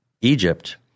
Egypt